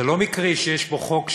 זה לא מקרי שיש פה חוק שבות,